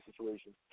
situation